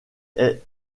est